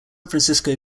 francisco